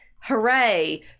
hooray